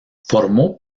formó